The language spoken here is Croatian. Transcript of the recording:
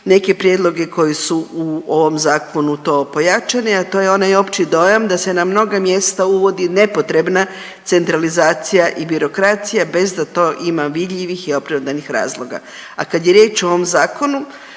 neke prijedloge koji su u ovom zakonu to pojačani, a to je onaj opći dojam da se na mnoga mjesta uvodi nepotrebna centralizacija i birokracija bez da to ima vidljivih i opravdanih razloga. A kad je riječ o ovom zakonu